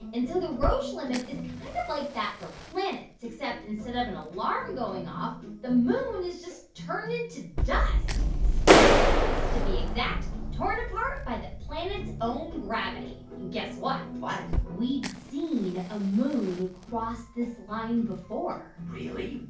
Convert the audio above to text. and so the roche limit is kind of like that for planets, except instead of an alarm going off, the moon is just turned into dust space dust, to be exact torn apart by the planet's own gravity. and guess what? what? we've seen a moon cross this line before really?